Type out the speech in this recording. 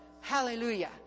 Hallelujah